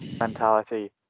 mentality